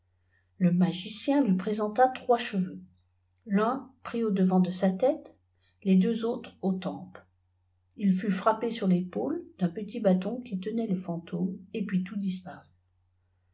le magicien lui présenta trois cheveux l'un pris au devant do sa tête les deux autres aux temses il fut frappé sur tépaule d'un petit baion que tenait le fankme et puis tout disparuta